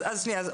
אז שנייה,